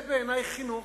זה בעיני חינוך,